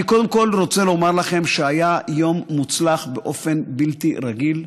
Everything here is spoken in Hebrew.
אני קודם כול רוצה לומר לכם שהיה יום מוצלח באופן בלתי רגיל.